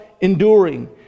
enduring